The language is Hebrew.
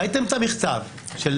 ראיתם את המכתב של